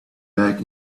back